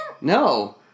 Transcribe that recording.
No